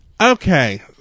okay